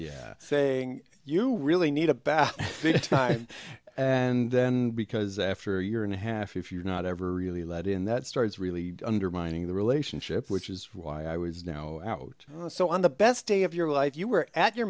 yeah saying you really need a bad time and then because after a year and a half if you're not ever really let in that starts really undermining the relationship which is why i was now out so on the best day of your life you were at your